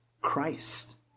Christ